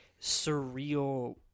surreal